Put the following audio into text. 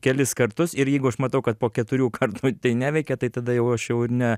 kelis kartus ir jeigu aš matau kad po keturių kartų tai neveikia tai tada jau aš jau ir ne